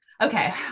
Okay